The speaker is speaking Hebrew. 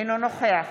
אינו נוכח